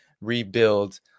rebuild